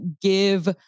give